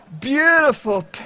beautiful